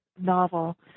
novel